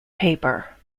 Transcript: paper